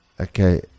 okay